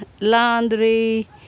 laundry